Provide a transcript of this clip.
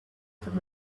from